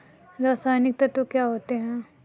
रसायनिक तत्व क्या होते हैं?